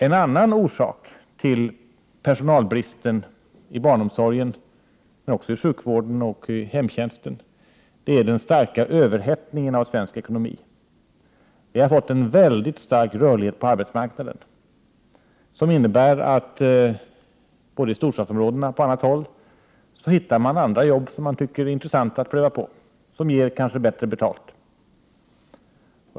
En annan orsak till personalbristen i barnomsorgen men också i sjukvården och inom hemtjänsten är den starka överhettningen i svensk ekonomi. Vi har fått en mycket stark rörlighet på arbetsmarknaden, som medför att arbetskraften både i storstadsområdena och på andra håll hittar andra jobb som man tycker är intressanta att pröva och som kanske ger bättre betalt.